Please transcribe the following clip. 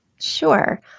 Sure